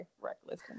reckless